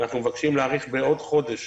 אנחנו מבקשים להאריך בעוד חודש